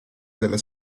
della